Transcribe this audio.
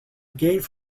gave